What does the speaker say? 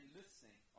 listening